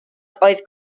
oedd